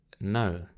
no